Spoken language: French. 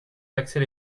taxer